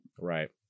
Right